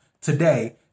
today